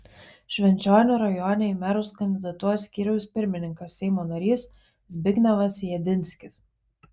švenčionių rajone į merus kandidatuos skyriaus pirmininkas seimo narys zbignevas jedinskis